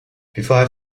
before